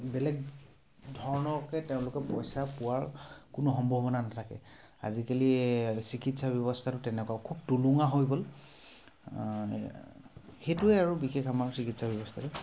বেলেগ ধৰণৰকৈ তেওঁলোকে পইচা পোৱাৰ কোনো সম্ভাৱনা নাথাকে আজিকালি চিকিৎসা ব্যৱস্থাটো তেনেকুৱা খুব টুলুঙা হৈ গ'ল সেইটোৱে আৰু বিশেষ আমাৰ চিকিৎসা ব্যৱস্থাটো